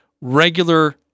regular